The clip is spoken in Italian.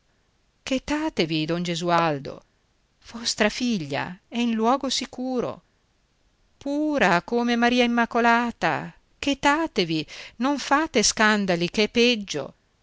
chetatevi don gesualdo vostra figlia è in luogo sicuro pura come maria immacolata chetatevi non fate scandali ch'è peggio